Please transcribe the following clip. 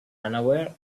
unaware